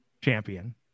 champion